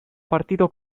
partito